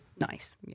Nice